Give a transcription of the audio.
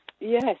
Yes